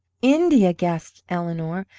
india? gasped eleanor.